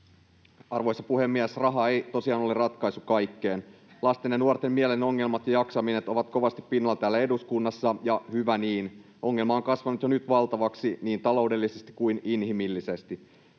Arvoisa puhemies! Raha ei tosiaan ole ratkaisu kaikkeen. Lasten ja nuorten mielen ongelmat ja jaksaminen ovat kovasti pinnalla täällä eduskunnassa, ja hyvä niin. Ongelma on kasvanut jo nyt valtavaksi niin taloudellisesti kuin inhimillisesti.